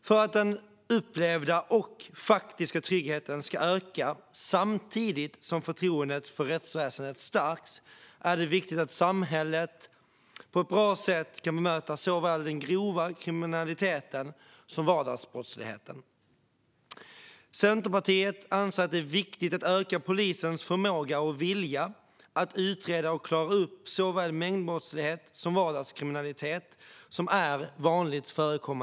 För att den upplevda och faktiska tryggheten ska öka samtidigt som förtroendet för rättsväsendet stärks är det viktigt att samhället på ett bra sätt kan bemöta såväl den grova kriminaliteten som vardagsbrottsligheten. Centerpartiet anser att det är viktigt att öka polisens förmåga och vilja att utreda och klara upp såväl mängdbrottslighet som vardagskriminalitet.